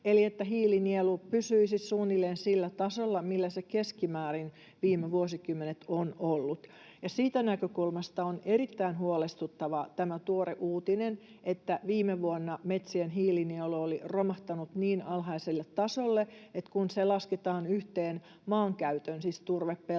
eli että hiilinielu pysyisi suunnilleen sillä tasolla, millä se keskimäärin viime vuosikymmenet on ollut. Siitä näkökulmasta on erittäin huolestuttava tämä tuore uutinen, että viime vuonna metsien hiilinielu oli romahtanut niin alhaiselle tasolle, että kun se lasketaan yhteen maankäytön kanssa, siis turvepeltojen